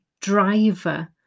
driver